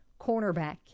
cornerback